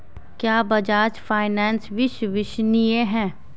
क्या बजाज फाइनेंस विश्वसनीय है?